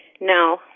No